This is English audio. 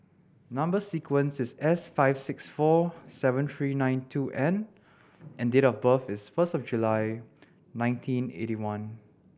number sequence is S five six four seven three nine two N and date of birth is first of July nineteen eighty one